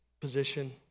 Position